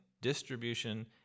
distribution